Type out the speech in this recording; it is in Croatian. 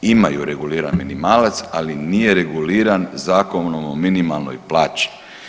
Imaju reguliran minimalac, ali nije reguliran Zakonom o minimalnoj plaći.